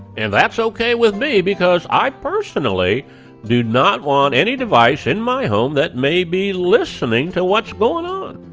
and that's okay with me, because i personally do not want any device in my home that may be listening to what's going on.